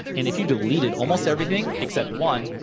and if you deleted almost everything, except one,